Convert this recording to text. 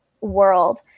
world